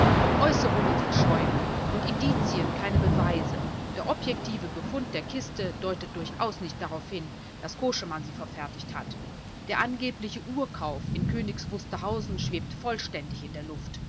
äußerungen sind schäume und indizien keine beweise der objektive befund der kiste deutet durchaus nicht darauf hin daß koschemann sie verfertigt hat der angebliche uhrkauf in königs wusterhausen schwebt vollständig in der luft